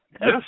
Yes